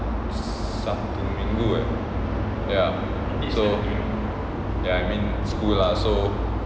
satu minggu ah ya so I mean school lah so